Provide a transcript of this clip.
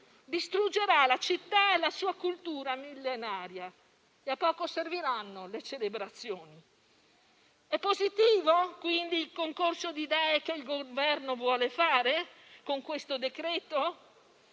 distruggerà la città e la sua cultura millenaria e a poco serviranno le celebrazioni. È positivo quindi il concorso di idee che il Governo vuole fare con il provvedimento